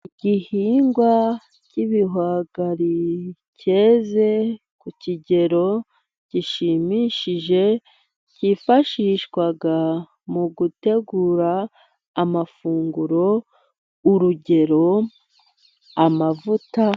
Igihingwa cy'ibihwagari cyeze ku kigero gishimishije kifashishwa mu gutegura amafunguro, urugero: amavuta.